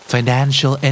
Financial